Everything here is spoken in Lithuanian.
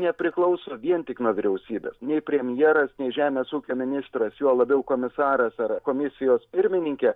nepriklauso vien tik nuo vyriausybės nei premjeras nei žemės ūkio ministras juo labiau komisaras ar komisijos pirmininkė